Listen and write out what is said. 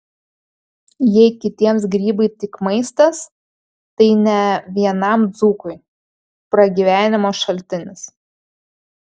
jei kitiems grybai tik maistas tai ne vienam dzūkui pragyvenimo šaltinis